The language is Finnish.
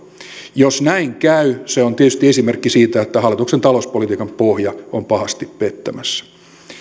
jos näin käy se on tietysti esimerkki siitä että hallituksen talouspolitiikan pohja on pahasti pettämässä